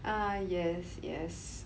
ah yes yes